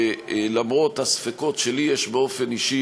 למרות הספקות שיש לי באופן אישי,